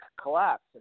collapse